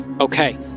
Okay